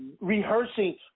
rehearsing